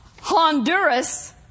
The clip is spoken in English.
Honduras